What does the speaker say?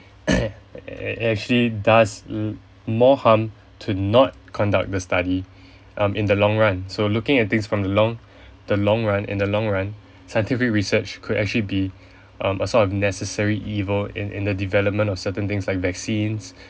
actually does more harm to not conduct the study um in the long run so looking at things from the long the long run in the long run scientific research could actually be um a sort of necessary evil in the development of a certain things like vaccines